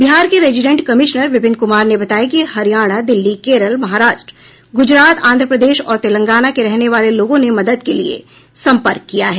बिहार के resident commissioner Vipin Kumar ने बताया है हरियाणा दिल्ली केरल महाराष्ट्र गुजरात आंध्र प्रदेश और तेलंगाना के रहने वाले लोगों ने मदद के लिए संपर्क किया है